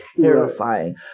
terrifying